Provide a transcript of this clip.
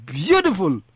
beautiful